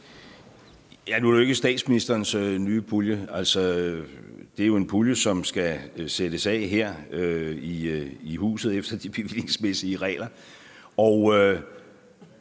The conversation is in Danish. Nu er det jo ikke statsministerens nye pulje. Altså, det er jo en pulje, som skal sættes af her i huset efter de bevillingsmæssige regler,